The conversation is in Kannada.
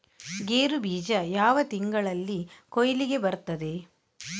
ಗೇರು ಬೀಜ ಯಾವ ತಿಂಗಳಲ್ಲಿ ಕೊಯ್ಲಿಗೆ ಬರ್ತದೆ?